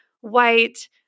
white